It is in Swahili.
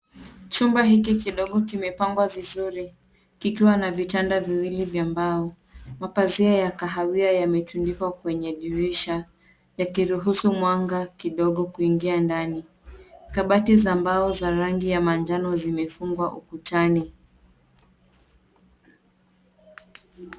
Chumba hiki kidogo kimepangwa vizuri kikiwa na vitanda viwili vya mbao. Mapazia ya kahawia yametundikwa kwenye dirisha yakiruhusu mwanga kidogo kuingia ndani. Kabati za mbao za rangi ya manjano zimefungwa ukutani.